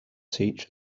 teach